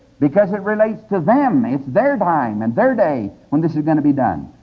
because it relates to them, it's their time and their day when this is going to be done.